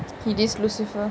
it is lucifer